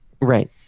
Right